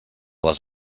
les